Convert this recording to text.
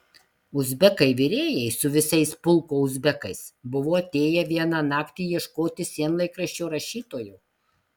uzbekai virėjai su visais pulko uzbekais buvo atėję vieną naktį ieškoti sienlaikraščio rašytojo